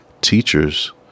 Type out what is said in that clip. teachers